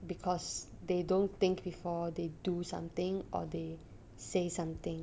because they don't think before they do something or they say something